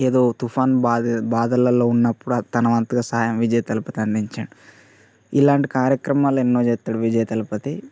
ఏదో తుఫాన్ బాధలల్లో ఉన్నప్పుడు తన వంతుగా సహాయం విజయ తలపతి అందించాడు ఇలాంటి కార్యక్రమాలు ఎన్నో చేస్తాడు విజయ తలపతి